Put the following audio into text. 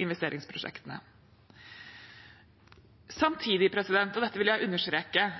investeringsprosjektene. Samtidig, og dette vil jeg understreke,